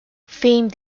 fame